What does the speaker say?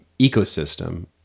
ecosystem